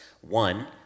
one